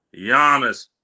Giannis